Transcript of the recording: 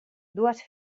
dues